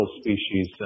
species